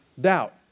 doubt